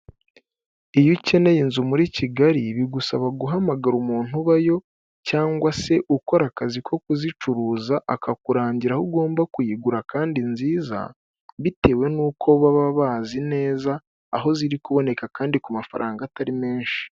Iyo ukeneye inzu muri Kigali bigusaba guhamagara umuntu ubayo cyangwa se ukora akazi ko kuzicuruza akakurangira aho ugomba kuyigura kandi nziza, bitewe n'uko baba bazi neza aho ziri kuboneka kandi ku mafaranga atari menshi.